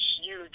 huge